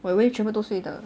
我以为全部都睡了